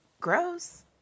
Gross